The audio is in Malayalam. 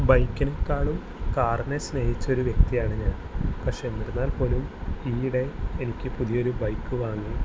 ബൈക്കിനേക്കാളും കാറിനെ സ്നേഹിച്ചൊരു വ്യക്തിയാണ് ഞാൻ പക്ഷെ എന്തിരുന്നാൽ പോലും ഈയിടെ എനിക്ക് പുതിയൊരു ബൈക്ക് വാങ്ങി